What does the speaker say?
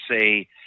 say